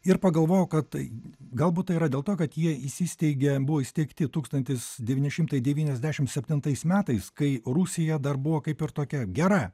ir pagalvojau kad tai galbūt yra dėl to kad jie įsisteigė buvo įsteigti tūkstantis devyni šimtai devyniasdešimt septintais metais kai rusija dar buvo kaip ir tokia gera